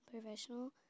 professional